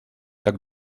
так